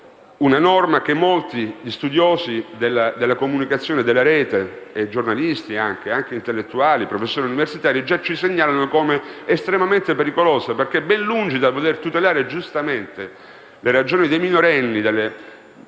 una norma che molti studiosi della comunicazione della rete, giornalisti, intellettuali e professori universitari già ci segnalano come estremamente pericolosa. Ben lungi dal voler tutelare le ragioni dei minorenni